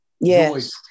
Yes